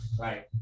Right